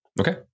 Okay